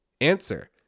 Answer